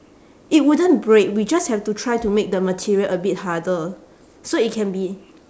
it wouldn't break we just have to try to make the material a bit harder so it can be